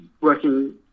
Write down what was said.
working